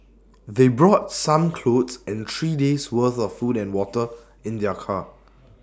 they brought some clothes and three days worth of food and water in their car